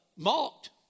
Mocked